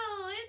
no